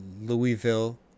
Louisville